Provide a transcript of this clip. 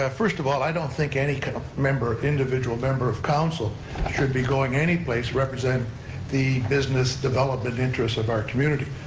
ah first of all, i don't think any kind of member, individual member of council should be going anyplace representing the business development interests of our community.